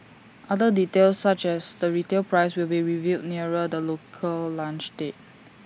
other details such as the retail price will be revealed nearer the local launch date